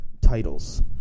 titles